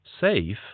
safe